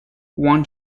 one